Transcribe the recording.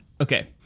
Okay